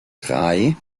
drei